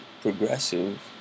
progressive